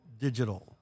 digital